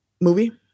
movie